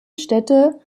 städte